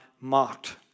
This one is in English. mocked